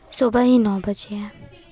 सुबह ही नौ बजे है